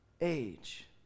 Age